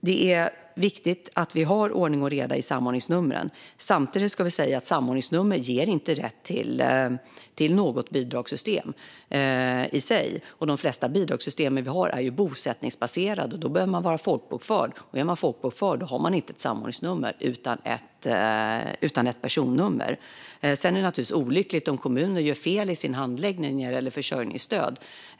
Det är viktigt att vi har ordning och reda i samordningsnumren. Samtidigt ger samordningsnummer inte rätt till något bidragssystem i sig. De flesta bidragssystem vi har är bosättningsbaserade. Då behöver man vara folkbokförd. Är man folkbokförd har man inte ett samordningsnummer utan ett personnummer. Sedan är det naturligtvis olyckligt om kommuner gör fel i sin handläggning när det gäller försörjningsstöd.